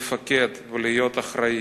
לפקד ולהיות אחראי.